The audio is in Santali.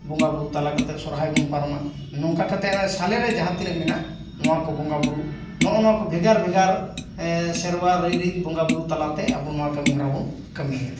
ᱵᱚᱸᱜᱟ ᱵᱳᱨᱳ ᱛᱟᱞᱟ ᱠᱟᱛᱮ ᱥᱚᱨᱦᱟᱭ ᱵᱚᱱ ᱯᱟᱨᱚᱢᱟ ᱱᱚᱝᱠᱟ ᱠᱟᱛᱮ ᱚᱱᱟ ᱥᱟᱞᱮᱨᱮ ᱡᱟᱦᱟᱸ ᱛᱤᱱᱟᱹᱜ ᱢᱮᱱᱟᱜ ᱱᱚᱣᱟ ᱠᱚ ᱵᱚᱸᱜᱟ ᱵᱳᱨᱳ ᱱᱚᱜᱼᱚᱭ ᱱᱚᱣᱟ ᱠᱚ ᱵᱷᱮᱜᱟᱨ ᱵᱷᱮᱜᱟᱨ ᱥᱮᱨᱣᱟ ᱨᱟᱭ ᱨᱤᱛ ᱵᱚᱸᱜᱟ ᱵᱩᱨᱩ ᱛᱟᱞᱟᱛᱮ ᱟᱵᱚ ᱱᱚᱣᱟ ᱠᱟᱹᱢᱤ ᱦᱚᱨᱟ ᱵᱚᱱ ᱠᱟᱹᱢᱤᱭᱟ